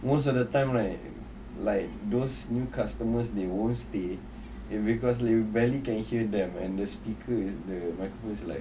most of the time right like those new customers they won't stay in because they barely can hear them and the speaker the microphone is like